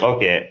Okay